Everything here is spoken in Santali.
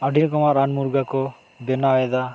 ᱟ ᱰᱤ ᱨᱚᱠᱚᱢᱟᱜ ᱨᱟᱱ ᱢᱩᱨᱜᱟᱹᱱ ᱠᱚ ᱵᱮᱱᱟᱣᱮᱫᱟ